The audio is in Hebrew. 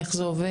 איך זה עובד?